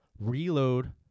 reload